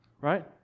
right